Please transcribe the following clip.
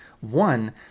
one